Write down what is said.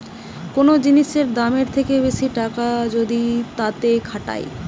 কোন জিনিসের দামের থেকে বেশি টাকা যদি তাতে খাটায়